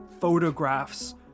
photographs